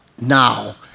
now